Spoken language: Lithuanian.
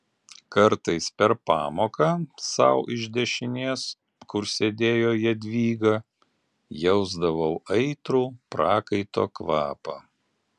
kartais per pamoką sau iš dešinės kur sėdėjo jadvyga jausdavau aitrų prakaito kvapą